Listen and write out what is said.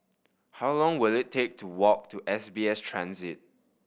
how long will it take to walk to S B S Transit